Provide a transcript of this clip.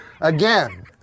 again